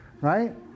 Right